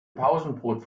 pausenbrot